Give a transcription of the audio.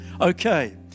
Okay